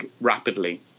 rapidly